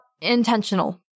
intentional